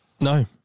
No